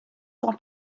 sont